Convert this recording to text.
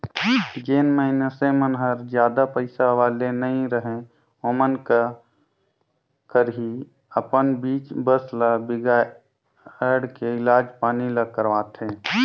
जेन मइनसे मन हर जादा पइसा वाले नइ रहें ओमन का करही अपन चीच बस ल बिगायड़ के इलाज पानी ल करवाथें